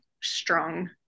strong